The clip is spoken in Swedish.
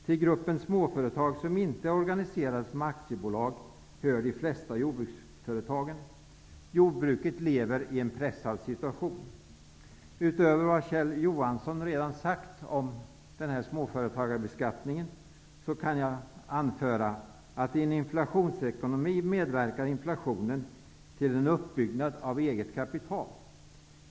Till gruppen småföretag, som inte är organiserade som aktiebolag, hör de flesta jordbruksföretag. Jordbruket lever i en pressad situation. Utöver det som Kjell Johansson redan har sagt om småföretagsbeskattningen kan jag anföra att i en inflationsekonomi medverkar inflationen till en uppbyggnad av eget kapital.